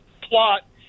plot